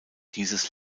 dieses